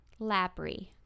Labry